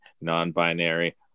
non-binary